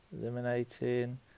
Eliminating